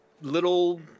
little